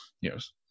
Yes